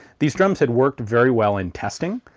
these drums had worked very well in testing.